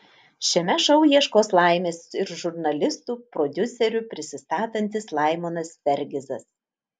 šiame šou ieškos laimės ir žurnalistu prodiuseriu prisistatantis laimonas fergizas